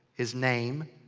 his name.